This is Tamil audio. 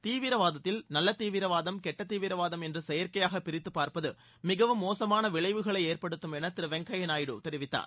தீவிரவாதத்தில் நல்ல தீவிரவாரம் கெட்ட தீவிரவாதம் என்று செயற்கையாக பிரித்து பார்ப்பது மிகவும் மோசமான விளைவுகளை ஏற்படுத்தும் என திரு வெங்கய்ய நாயுடு தெரிவித்தார்